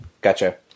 Gotcha